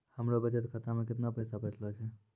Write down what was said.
हमरो बचत खाता मे कैतना पैसा बचलो छै?